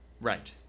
right